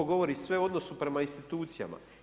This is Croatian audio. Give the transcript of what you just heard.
To govori sve o odnosu prema institucijama.